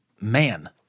Man